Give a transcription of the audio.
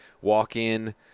walk-in